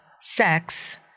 sex